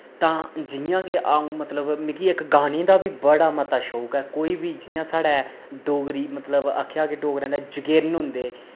तां जियां के आऊं मतलब मिकी इक गाने दा बी बड़ा मता शौक ऐ कोई बी जियां साढ़ै डोगरी मतलब आखेआ के डोगरैं दै जगेरन होंदे